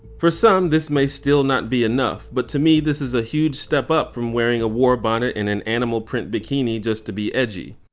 for some, this may still not be enough, but to me this is a huge step up from wearing a war bonnet and an animal print bikini just to be edgy.